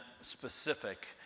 specific